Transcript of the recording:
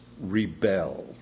rebel